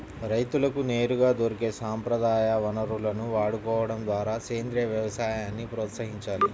రైతులకు నేరుగా దొరికే సంప్రదాయ వనరులను వాడుకోడం ద్వారా సేంద్రీయ వ్యవసాయాన్ని ప్రోత్సహించాలి